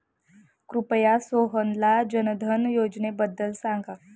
कृपया सोहनला जनधन योजनेबद्दल सांगा